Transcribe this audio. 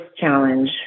challenge